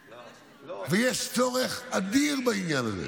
ויש צורך אדיר בעניין הזה.